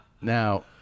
Now